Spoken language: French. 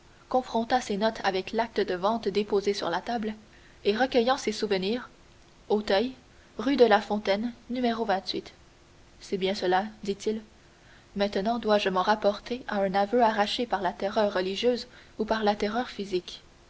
confronta ces notes avec l'acte de vente déposé sur la table et recueillant ses souvenirs auteuil rue de la fontaine c'est bien cela dit-il maintenant dois-je m'en rapporter à un aveu arraché par la terreur religieuse ou par la terreur physique